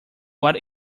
what